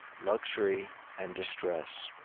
luxury and distress.